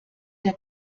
der